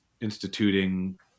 instituting –